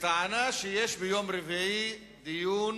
בטענה שיש ביום רביעי דיון